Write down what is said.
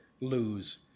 lose